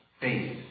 faith